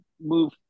move